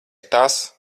tas